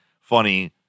funny